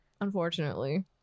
Unfortunately